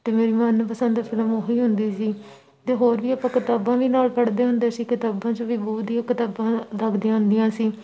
ਅਤੇ ਮੇਰੀ ਮਨਪਸੰਦ ਫਿਲਮ ਉਹੀ ਹੁੰਦੀ ਸੀ ਅਤੇ ਹੋਰ ਵੀ ਆਪਾਂ ਕਿਤਾਬਾਂ ਵੀ ਨਾਲ ਪੜ੍ਹਦੇ ਹੁੰਦੇ ਸੀ ਕਿਤਾਬਾਂ 'ਚ ਵੀ ਬਹੁਤ ਵਧੀਆ ਕਿਤਾਬਾਂ ਵਦੀਆਂ ਹੁੰਦੀਆਂ ਸੀ